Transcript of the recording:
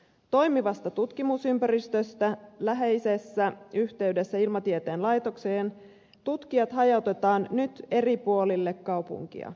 toimivasta tutkimusympäristöstä läheisessä yhteydessä ilmatieteen laitokseen tutkijat hajautetaan nyt eri puolille kaupunkia